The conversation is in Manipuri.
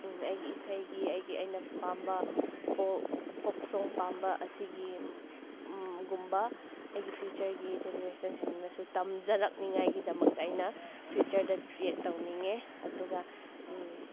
ꯑꯩꯒꯤ ꯏꯁꯩꯒꯤ ꯑꯩꯒꯤ ꯑꯩꯅ ꯄꯥꯝꯕ ꯐꯣꯛ ꯁꯣꯡ ꯄꯥꯝꯕ ꯑꯁꯤꯒꯤ ꯒꯨꯝꯕ ꯑꯩꯒꯤ ꯐ꯭ꯌꯨꯆꯔꯒꯤ ꯖꯦꯅꯦꯔꯦꯁꯟꯁꯤꯡꯅꯁꯨ ꯇꯝꯖꯔꯛꯅꯤꯡꯉꯥꯏꯒꯤꯗꯃꯛꯇ ꯑꯩꯅ ꯐ꯭ꯌꯨꯆꯔꯗ ꯀ꯭ꯔꯤꯌꯦꯠ ꯇꯥꯎꯅꯤꯡꯉꯦ ꯑꯗꯨꯒ